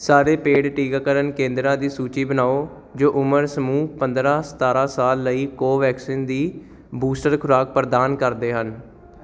ਸਾਰੇ ਪੇਡ ਟੀਕਾਕਰਨ ਕੇਂਦਰਾਂ ਦੀ ਸੂਚੀ ਬਣਾਓ ਜੋ ਉਮਰ ਸਮੂਹ ਪੰਦਰ੍ਹਾਂ ਸਤਾਰ੍ਹਾਂ ਸਾਲ ਲਈ ਕੋਵੈਕਸਿਨ ਦੀ ਬੂਸਟਰ ਖੁਰਾਕ ਪ੍ਰਦਾਨ ਕਰਦੇ ਹਨ